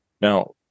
Now